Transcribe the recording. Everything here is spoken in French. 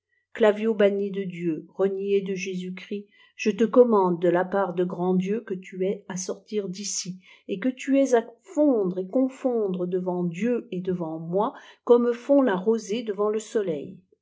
claviau banni de dieu renié de j c je te commande de la part du grand dieu que tu aies à sortir d'ici et que tu aies à fondre et confondre devant dieu et devant moi comme fona la rosée devant le soleil